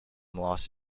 los